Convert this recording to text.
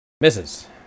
Misses